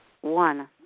one